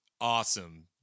awesome